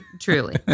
truly